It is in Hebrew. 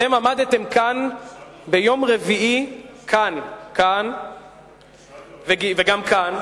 אתם עמדתם כאן ביום רביעי, כאן וגם כאן,